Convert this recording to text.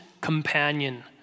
companion